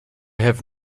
have